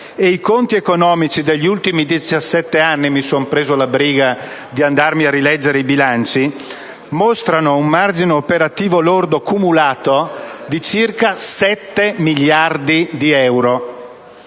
e i conti economici degli ultimi diciassette anni (mi sono preso la briga di andarmi a rileggere i bilanci) mostrano un margine operativo lordo cumulato di circa 7 miliardi di euro.